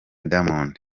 diamond